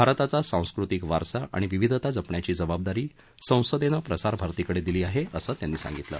भारताचा सांस्कृतिक वारसा आणि विविधता जपण्याची जबाबदारी संसदेनं प्रसारभारतीकडे दिली आहे असं त्यांनी सांगितलं